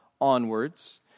onwards